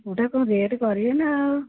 କୋଉଟା କମ୍ ରେଟ୍ କରିବେ ନା ଆଉ